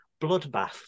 Bloodbath